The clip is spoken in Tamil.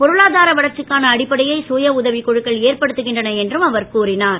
பொருளாதார வளர்ச்சிக்கான அடிப்படையை சுய உதவிக் குழுக்கள் ஏற்படுத்துகின்றன என்றும் அவர் கூறினார்